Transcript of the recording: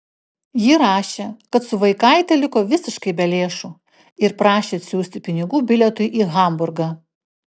ji rašė kad su vaikaite liko visiškai be lėšų ir prašė atsiųsti pinigų bilietui į hamburgą